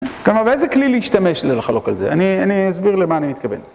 כמה, ואיזה כלי להשתמש לחלוק על זה? אני אסביר למה אני מתכוון.